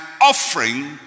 offering